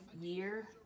year